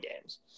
games